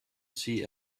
see